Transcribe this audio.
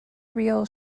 reel